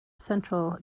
central